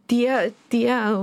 tie tie